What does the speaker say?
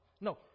No